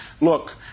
look